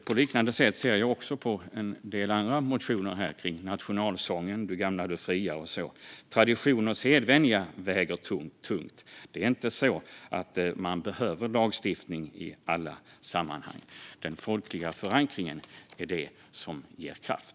På liknande sätt ser jag på en del andra motioner om nationalsången Du gamla, du fria och så vidare. Tradition och sedvänja väger tungt. Man behöver inte lagstiftning i alla sammanhang, utan den folkliga förankringen är det som ger kraft.